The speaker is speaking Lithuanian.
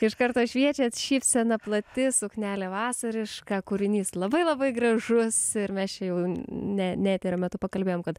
iš karto šviečiat šypsena plati suknelė vasariška kūrinys labai labai gražus ir mes čia jau ne ne eterio metu pakalbėjom kad